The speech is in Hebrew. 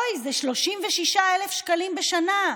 אוי, זה 36,000 שקלים בשנה.